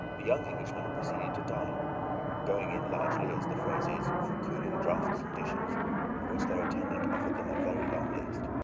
the young englishmen proceeded to dine going in largely, as the phrase is, for cooling draughts and dishes, of which their attendant offered them a very long list.